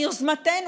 מיוזמתנו,